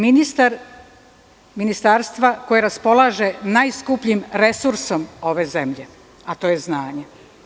Ministar ste ministarstva koje raspolaže najskupljim resursom ove zemlje, a to je znanje.